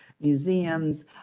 museums